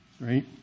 Right